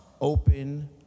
open